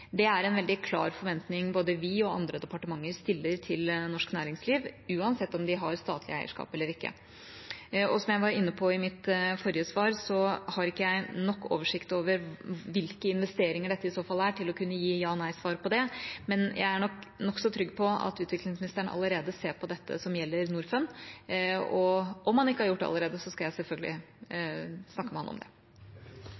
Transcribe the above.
Det er en veldig klar forventning både vi og andre departementer stiller til norsk næringsliv, uansett om de har statlig eierskap eller ikke. Som jeg var inne på i mitt forrige svar, har ikke jeg nok oversikt over hvilke investeringer dette i så fall er til å kunne gi ja/nei-svar på det, men jeg er nok nokså trygg på at utviklingsministeren allerede ser på dette som gjelder Norfund. Og om han ikke har gjort det allerede, skal jeg selvfølgelig